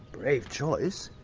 brave choice.